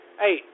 hey